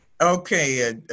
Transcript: Okay